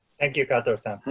thank you kato-san.